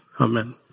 Amen